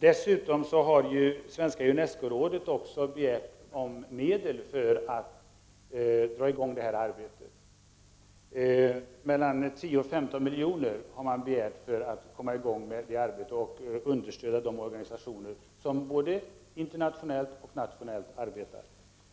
Dessutom har Svenska Unescorådet också begärt medel för att dra i gång detta arbete. Man har begärt mellan 10 och 15 milj.kr. för att understödja de organisationer som arbetar med detta, både internationellt och nationellt.